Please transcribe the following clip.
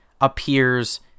appears